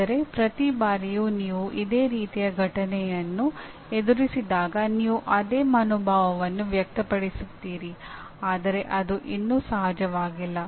ಅಂದರೆ ಪ್ರತಿ ಬಾರಿಯೂ ನೀವು ಇದೇ ರೀತಿಯ ಘಟನೆಯನ್ನು ಎದುರಿಸಿದಾಗ ನೀವು ಅದೇ ಮನೋಭಾವವನ್ನು ವ್ಯಕ್ತಪಡಿಸುತ್ತೀರಿ ಆದರೆ ಅದು ಇನ್ನೂ ಸಹಜವಾಗಿಲ್ಲ